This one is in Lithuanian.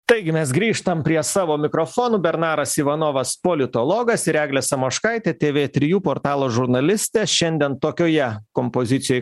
taigi mes grįžtam prie savo mikrofonų bernaras ivanovas politologas ir eglės samoškaitė tv trijų portalo žurnalistė šiandien tokioje kompozicijoj